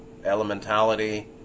elementality